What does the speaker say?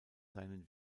seinen